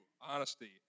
honesty